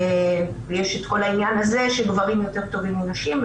ויש את כל העניין הזה שגברים יותר טובים מנשים,